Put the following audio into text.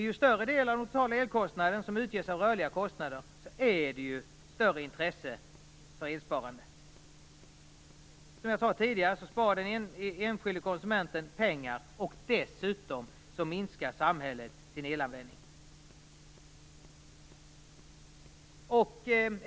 Ju större del av den totala elkostnaden som utgörs av rörliga kostnader, desto större blir intresset för elsparande. Som jag tidigare sagt sparar den enskilde konsumenten pengar. Dessutom blir det en minskad elanvändning för samhället.